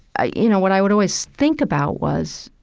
ah you know, what i would always think about was,